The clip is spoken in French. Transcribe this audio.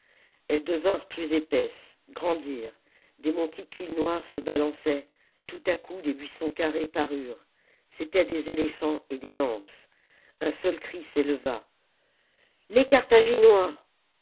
elles devinrent plus épaisses grandirent des monticules noirs se balançaient tout à coup des buissons carrés parurent c'étaient des éléphants et des lances un seul cri s éleva les carthaginois